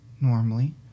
normally